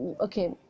Okay